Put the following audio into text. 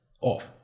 off